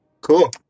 Cool